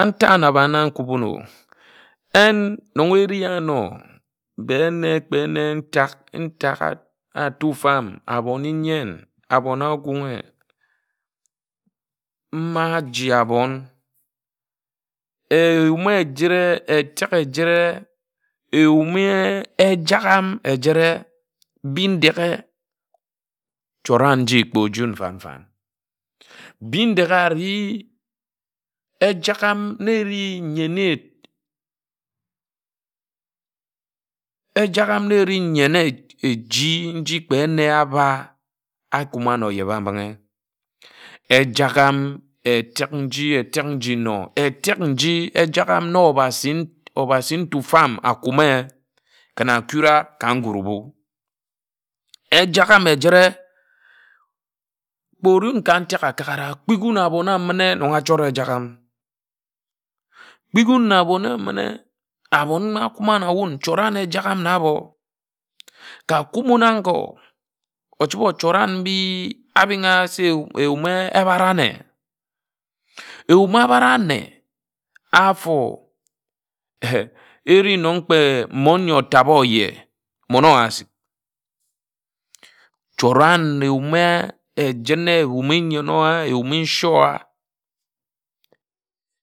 Nta anabana nkub wun o en nnon eri ano kpe ene kpe ene ntak ntak atufum abon-i-nyen abon agunghe ma aji abon eyum ejire etek ejire eyum Ejagham ejire bindeghe nchora nji kppe oji en fań fań Bindeghe ari Ejagham na eri nyene ejagham na éreh nyene eji nji kpe ene abā a kuma na ogyebambinghi ejagham etek nji etek nji nno etek nji Ejagham na obhasi ntufam akume ken akura ka nkurubu ejagham ejire kpe orún ka ntak akakara kpik wun abon abine nno achort Ejagham kpik abon abine abon na akuma na wun chort en ejagham na ābok ka kumin na agō ochibe ochor an mbi abing a se eyum obare ane eyum abare ane afó heh eri nno kpe mmon n̄yo otube óje mmon ȯwa asik chort ān eyume echine nyen ōwa eyume nse ȯwa.